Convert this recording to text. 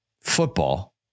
football